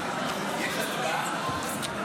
עשר דקות.